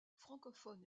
francophones